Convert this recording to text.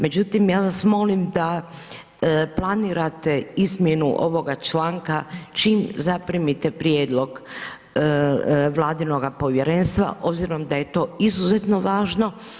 Međutim, ja vas molim da planirate izmjenu ovoga članka čim zaprimite prijedlog vladinoga povjerenstva obzirom da je to izuzetno važno.